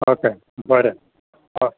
okay പോര് ഓ